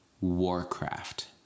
Warcraft